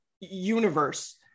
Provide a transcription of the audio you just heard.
universe